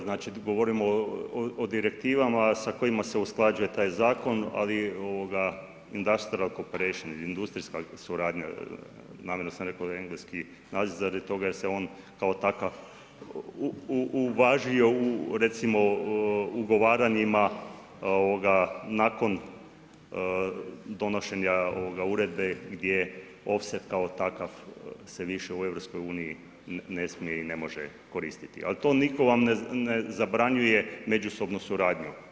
Znači, govorimo o direktivama sa kojima se usklađuje taj Zakon, ali ... industrijska suradnja, namjerno sam rekao engleski naziv radi toga jer se on kao takav uvažio u recimo ugovaranjima nakon donošenja uredbe gdje ofset kao takav se više u EU ne smije i ne može koristiti, ali to nitko vam ne zabranjuje međusobnu suradnju.